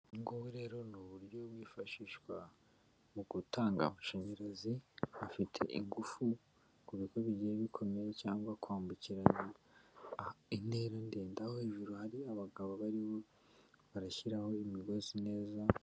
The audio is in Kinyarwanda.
Ubu ngubu rero ni uburyo bwifashishwa mu gutanga amashanyarazi afite ingufu, ku bigo bigiye bikomeye cyangwa kwambukiranya intera ndende, aho hejuru hari abagabo barimo barashyiraho imigozi neza.